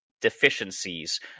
deficiencies